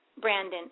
Brandon